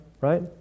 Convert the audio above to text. right